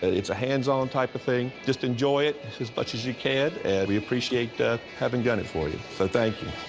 it's a hands-on type of thing. just enjoy it just as much as you can. and we appreciate having done it for you. so thank you.